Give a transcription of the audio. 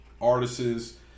artists